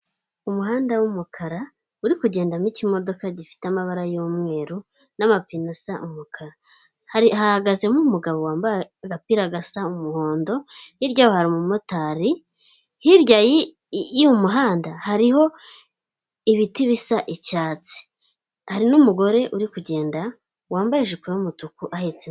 Umuhanda w’umukara uri kugendamo iki modoka gifite amabara y'umweru n'amapine as’umukara, hahagaze umugabo wambaye agapira gasa umuhondo, hirya yahis har’umumotari, hirya yo mu muhanda hariho ibiti bisa icyatsi, hari n'umugore uri kugenda wambaye ijipo y'umutuku ahetse.